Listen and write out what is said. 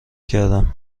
کردم